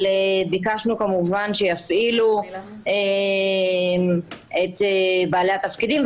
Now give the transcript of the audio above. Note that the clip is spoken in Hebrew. אבל ביקשנו כמובן שיפעילו את בעלי התפקידים.